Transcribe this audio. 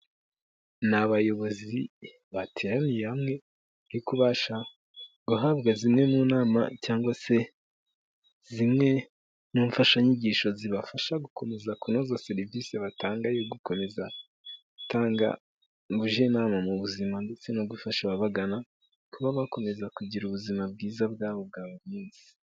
Ni abayobozi bateraniye hamwe, bari kubasha guhabwa zimwe mu nama cyangwa se zimwe mu mfashanyigisho zibafasha gukomeza kunoza serivisi batanga yo gukomeza gutanga ubujyanama mu buzima ndetse no gufasha ababagana, kuba bakomeza kugira ubuzima bwiza bwabo bwa buri munsi.